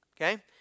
okay